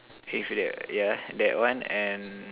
with the yeah that one and